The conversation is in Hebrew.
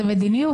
זה מדיניות.